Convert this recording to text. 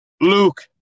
Luke